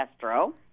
Castro